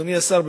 אדוני סגן השר,